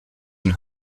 een